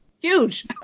huge